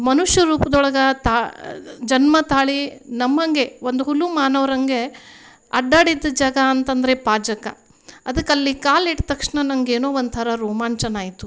ಮನುಷ್ಯ ರೂಪ್ದೊಳಗೆ ತಾ ಜನ್ಮ ತಾಳಿ ನಮ್ಮ ಹಾಗೆ ಒಂದು ಹುಲು ಮಾನವ್ರಾಗೆ ಅಡ್ಡಾಡಿದ ಜಾಗ ಅಂತಂದರೆ ಪಾಜಕ ಅದಕ್ಕೆ ಅಲ್ಲಿ ಕಾಲಿಟ್ಟ ತಕ್ಷಣ ನಂಗೆ ಏನೋ ಒಂಥರ ರೋಮಾಂಚನ ಆಯಿತು